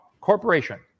Corporation